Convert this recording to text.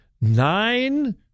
nine